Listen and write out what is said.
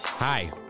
Hi